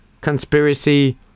conspiracy